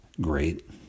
great